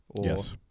yes